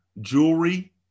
jewelry